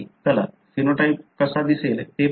चला जीनोटाइप कसा दिसेल ते पाहू